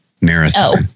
Marathon